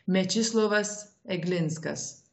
mečislovas eglinskas